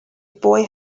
boy